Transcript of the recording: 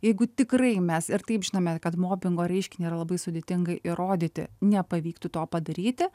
jeigu tikrai mes ir taip žinome kad mobingo reiškinį yra labai sudėtinga įrodyti nepavyktų to padaryti